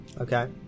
Okay